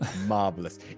Marvelous